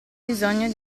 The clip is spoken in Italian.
bisogno